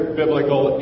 biblical